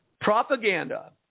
Propaganda